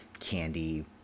candy